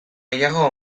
gehiago